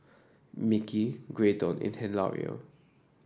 Micky Graydon and Hilario